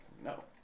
no